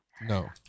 No